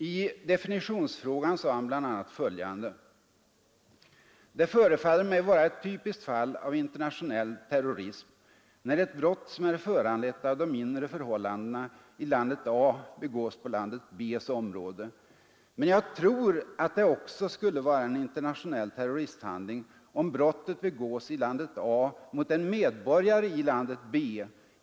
I definitionsfrågan sade han bl.a. följande: ”Det förefaller mig vara ett typiskt fall av internationell terrorism när ett brott som är föranlett av de inre förhållandena i landet A begås på landet B:s område. Men jag tror att det också skulle vara en internationell terroristhandling om brottet begås i landet A mot en medborgare i landet B.